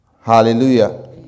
Hallelujah